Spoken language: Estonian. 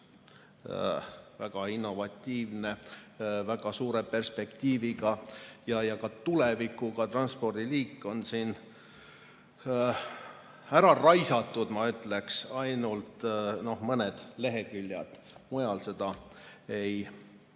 väga innovatiivne, väga suure perspektiivi ja tulevikuga transpordiliik, on siin ära raisatud, ma ütleks, ainult mõned leheküljed. Mujal seda ei